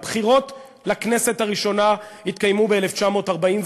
הבחירות לכנסת הראשונה התקיימו ב-1949,